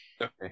Okay